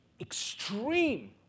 extreme